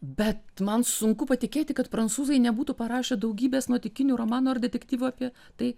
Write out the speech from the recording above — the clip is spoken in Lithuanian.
bet man sunku patikėti kad prancūzai nebūtų parašę daugybės nuotykinių romanų ar detektyvų apie tai